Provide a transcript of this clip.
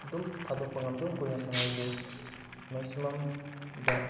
ꯑꯗꯨꯝ ꯊꯥꯗꯣꯛꯄ ꯉꯝꯗꯦ ꯑꯗꯨꯝ ꯀꯨꯏꯅ ꯁꯥꯟꯅꯩ ꯑꯗꯨ ꯃꯦꯛꯁꯤꯃꯝꯗ